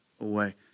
away